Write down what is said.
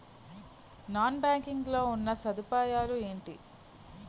Non banking లో ఉన్నా సదుపాయాలు ఎంటి?